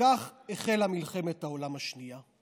וכך החלה מלחמת העולם השנייה,